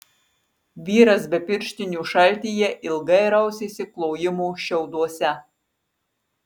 vyras be pirštinių šaltyje ilgai rausėsi klojimo šiauduose